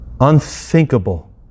unthinkable